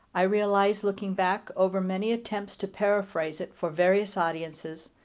i realize, looking back over many attempts to paraphrase it for various audiences,